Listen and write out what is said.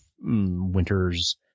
winter's